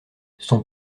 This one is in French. son